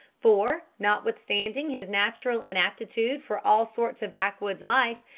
for, notwithstanding his natural inaptitude for all sorts of backwoods life,